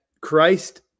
Christ